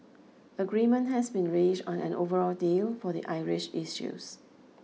agreement has been reached on an overall deal for the Irish issues